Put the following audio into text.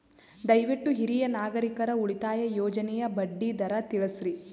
ದಯವಿಟ್ಟು ಹಿರಿಯ ನಾಗರಿಕರ ಉಳಿತಾಯ ಯೋಜನೆಯ ಬಡ್ಡಿ ದರ ತಿಳಸ್ರಿ